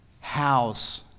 house